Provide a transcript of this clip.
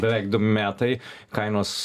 beveik du metai kainos